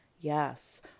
Yes